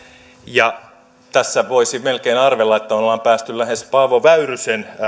ja tässä voisi melkein arvella että ollaan päästy lähes paavo väyrysen